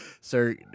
Sir